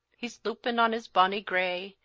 he's loupen on his bonny grey,